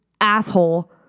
asshole